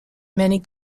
many